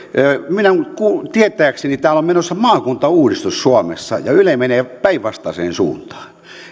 tietääkseni täällä on menossa maakuntauudistus suomessa ja yle menee päinvastaiseen suuntaan